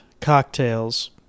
cocktails